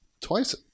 Twice